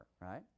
right